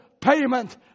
payment